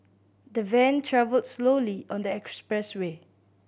the van travelled slowly on the expressway